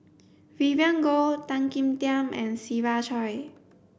Vivien Goh Tan Kim Tian and Siva Choy